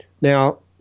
Now